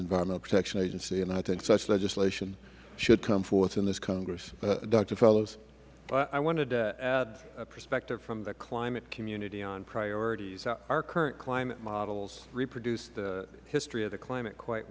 environmental protection agency and i think such legislation should come forth in this congress doctor fellows mister fellows well i wanted to add a perspective from the climate community on priorities our current climate models reproduce a history of the climate quite